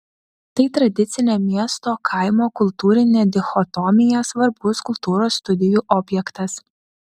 tai tradicinė miesto kaimo kultūrinė dichotomija svarbus kultūros studijų objektas